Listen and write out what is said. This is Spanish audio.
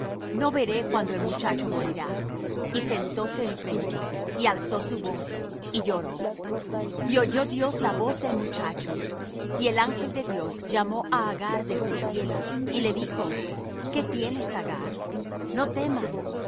no veré cuando el muchacho morirá y sentóse enfrente y alzó su voz y lloró y oyó dios la voz del muchacho y el ángel de dios llamó á agar desde el cielo y le dijo qué tienes agar no temas